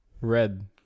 red